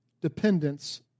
dependence